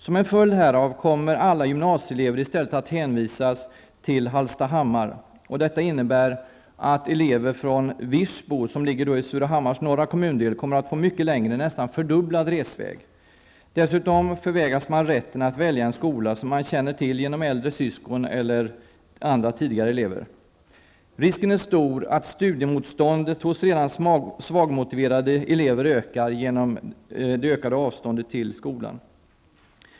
Som en följd härav kommer alla gymnasieelever att hänvisas till Hallstahammar. Detta innebär t.ex. att elever från Virsbo, som ligger i Surahammars norra kommundel, kommer att få mycket längre -- nästan fördubblad -- resväg. Dessutom förvägras man rätten att välja en skola som man kanske känner till genom äldre syskon eller andra tidigare elever. Risken är stor att studiemotståndet hos redan svagmotiverade elever ökar på grund av det ökade avståndet till skolan.